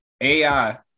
AI